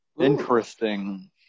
Interesting